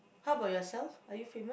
how about yourself are you famous